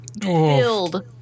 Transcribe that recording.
Filled